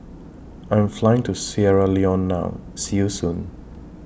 I'm Flying to Sierra Leone now See YOU Soon